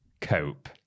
cope